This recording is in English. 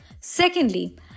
Secondly